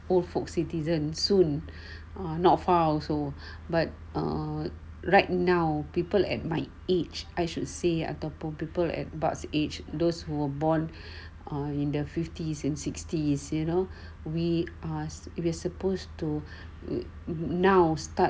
old folk citizen soon or not far also but err right now people at my age I should say ataupun people at pak age those who were born or in the fifties and sixties you know we ask if you supposed to now start